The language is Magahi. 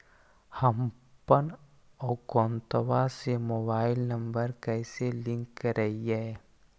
हमपन अकौउतवा से मोबाईल नंबर कैसे लिंक करैइय?